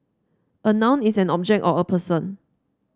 a noun is an object or a person